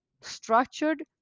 structured